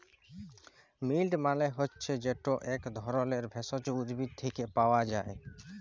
মিল্ট মালে হছে যেট ইক ধরলের ভেষজ উদ্ভিদ থ্যাকে পাওয়া যায়